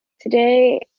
today